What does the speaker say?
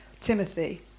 Timothy